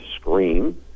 scream